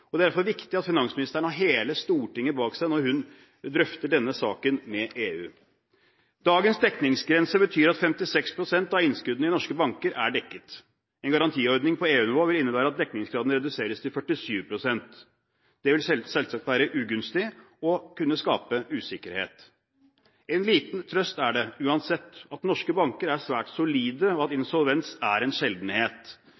Det er derfor viktig at finansministeren har hele Stortinget bak seg når hun drøfter denne saken med EU. Dagens dekningsgrense betyr at 56 pst. av innskuddene i norske banker er dekket. En garantiordning på EU-nivå vil innebære at dekningsgraden reduseres til 47 pst. Det vil selvsagt være ugunstig og vil kunne skape usikkerhet. En liten trøst er det, uansett, at norske banker er svært solide, og at